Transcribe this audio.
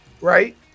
Right